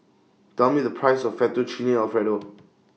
Tell Me The Price of Fettuccine Alfredo